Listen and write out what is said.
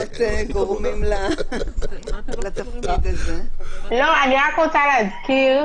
אני רק רוצה להזכיר,